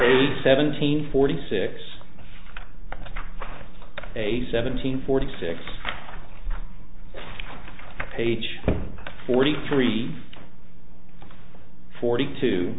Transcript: page seventeen forty six a seventeen forty six page forty three forty two